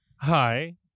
Hi